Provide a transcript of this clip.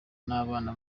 n’abana